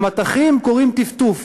למטחים קוראים "טפטוף".